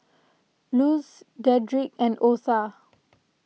Luz Dedric and Otha